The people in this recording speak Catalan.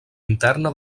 interna